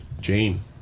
Jane